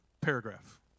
paragraph